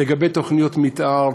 לגבי תוכניות מתאר,